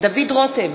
דוד רותם,